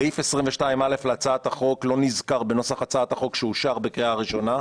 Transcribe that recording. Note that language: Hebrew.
סעיף 22(א) להצעת החוק לא נזכר בנוסח הצעת החוק שאושר בקריאה הראשונה.